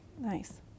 Nice